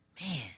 Man